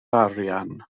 arian